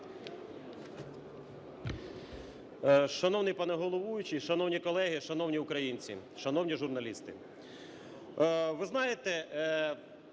Шановний пане головуючий! Шановні колеги! Шановні українці! Шановні журналісти!